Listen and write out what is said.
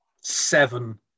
seven